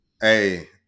Hey